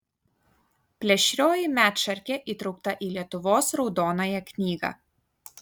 plėšrioji medšarkė įtraukta į lietuvos raudonąją knygą